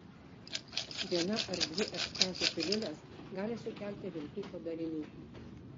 viena ar dvi ekstazio piliulės gali sukelti rimtų padarinių